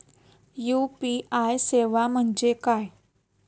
UPI सेवा म्हणजे काय?